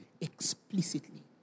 explicitly